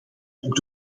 ook